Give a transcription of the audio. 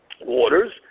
waters